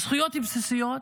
זכויות בסיסיות,